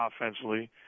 offensively